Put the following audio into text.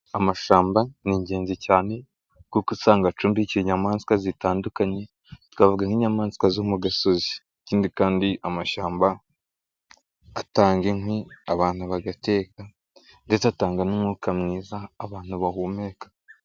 Amashyamba ni ingenzi cyane kuko usanga acumbikiye inyamaswa zitandukanye, twavuga nk'inyamaswa zo mu gasozi, ikindi kandi amashyamba atanga inkwi abantu bagateka ndetse atanga n'umwuka mwiza abantu bahumeka.